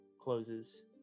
closes